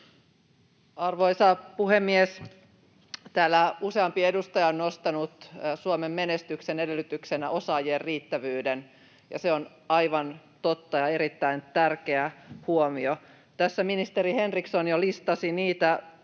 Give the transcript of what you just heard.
Arvoisa puhemies! Täällä useampi edustaja on nostanut osaajien riittävyyden Suomen menestyksen edellytyksenä, ja se on aivan totta ja erittäin tärkeä huomio. Tässä ministeri Henriksson jo listasi niitä asioita,